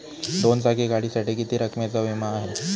दोन चाकी गाडीसाठी किती रकमेचा विमा आहे?